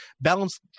balance